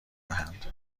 دهند